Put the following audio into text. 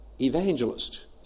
evangelist